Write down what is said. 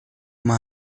uma